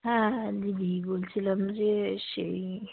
হ্যাঁ হ্যাঁ দিদি বলছিলাম যে সেই